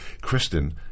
Kristen